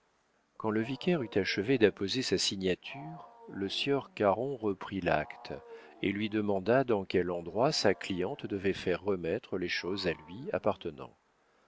quand le vicaire eut achevé d'apposer sa signature le sieur caron reprit l'acte et lui demanda dans quel endroit sa cliente devait faire remettre les choses à lui appartenant